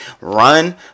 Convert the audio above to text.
run